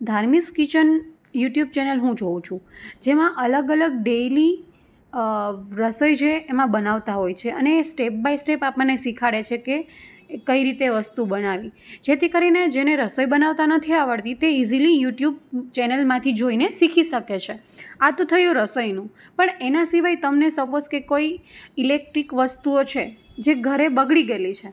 ધાર્મીસ kitchen YouTube channel હું જોઉં છું જેમાં અલગ અલગ ડેઈલી રસોઈ જે એમાં બનાવતા હોય છે અને એ સ્ટેપ બાય સ્ટેપ આપણને શિખવાડે છે કે એ કઈ રીતે વસ્તુ બનાવવી જેથી કરીને જેને રસોઈ બનાવતા નથી આવડતી તે ઇઝીલી યુટ્યુબ ચેનલમાંથી જોઈને શીખી શકે છે આ તો થયું રસોઈનું પણ એના સિવાય તમને સપોઝ કે કોઈ ઇલેક્ટ્રિક વસ્તુઓ છે જે ઘરે બગડી ગયેલી છે